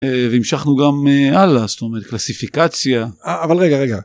והמשכנו גם הלאה, זאת אומרת קלסיפיקציה אבל רגע רגע.